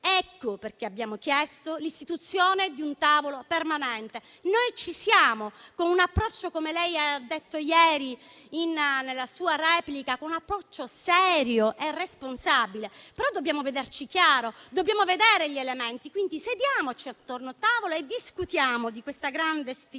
Ecco perché abbiamo chiesto l'istituzione di un tavolo permanente. Noi ci siamo, con un approccio, come lei ha detto ieri nella sua replica, serio e responsabile, ma dobbiamo vederci chiaro, dobbiamo vedere gli elementi, quindi sediamoci attorno a un tavolo e discutiamo di questa grande sfida,